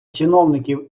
чиновників